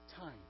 time